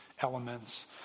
elements